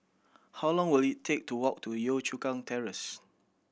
how long will it take to walk to Yio Chu Kang Terrace